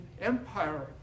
Empire